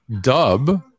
Dub